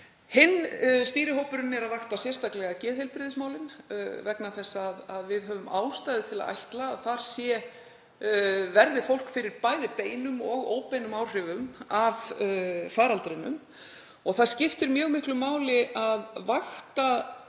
Hinn stýrihópurinn vaktar sérstaklega geðheilbrigðismálin vegna þess að við höfum ástæðu til að ætla að þar verði fólk fyrir bæði beinum og óbeinum áhrifum af faraldrinum. Það skiptir mjög miklu máli að vakta